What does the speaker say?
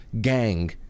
gang